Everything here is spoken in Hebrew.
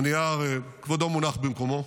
הנייר, כבודו מונח במקומו.